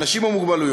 אנשים עם מוגבלויות,